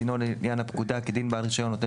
דינו לעניין הפקודה כדין בעל רישיון נותן